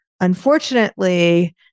unfortunately